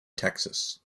texas